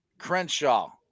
Crenshaw